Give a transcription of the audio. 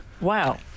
Wow